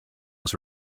was